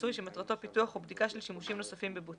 בניסוי שמטרתו פיתוח או בדיקה של שימושים נוספים בבוצה,